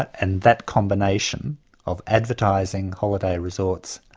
and that combination of advertising holiday resorts,